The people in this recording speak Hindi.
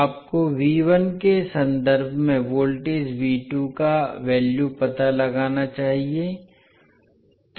आपको के संदर्भ में वोल्टेज का वैल्यू पता लगाना चाहिए